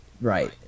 right